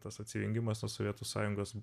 tas atsijungimas nuo sovietų sąjungos